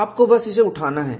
आपको बस इसे उठाना है